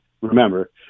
remember